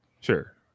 Sure